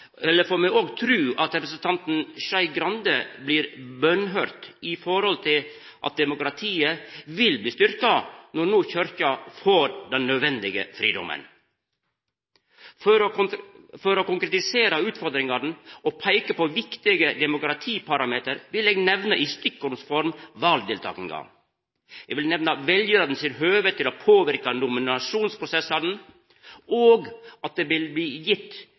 tru – at representanten Skei Grande blir bønnhørt med tanke på at demokratiet vil bli styrkt når no Kyrkja får den nødvendige fridomen. For å konkretisera utfordringane og peika på viktige demokratiparameter vil eg nemna i stikkordsform valdeltakinga, veljarane sitt høve til å påverka nominasjonsprosessane, at det vil bli gitt